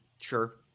sure